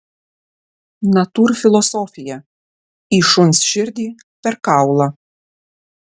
natūrfilosofija į šuns širdį per kaulą